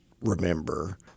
remember